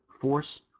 force